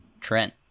Trent